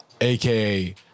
aka